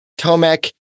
Tomek